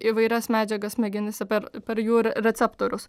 įvairias medžiagas smegenyse per per jų re receptorius